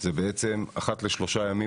זה בעצם אחת לשלושה ימים,